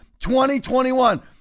2021